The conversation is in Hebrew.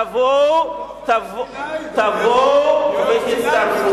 תבואו ותצטרפו.